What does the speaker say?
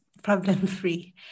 problem-free